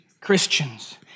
Christians